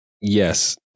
Yes